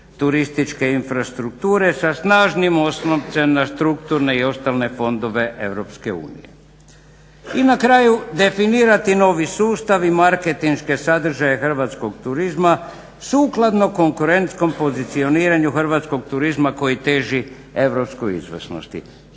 turističke infrastrukture sa snažnim osloncem na strukturne i osnovne fondove EU. I na kraju, definirati novi sustav i marketinške sadržaje hrvatskog turizma sukladno konkurentskom pozicioniranju hrvatskog turizma koji teži europskoj izvrsnosti.